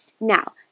Now